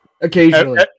occasionally